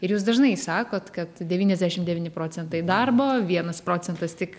ir jūs dažnai sakot kad devyniasdešim devyni procentai darbo vienas procentas tik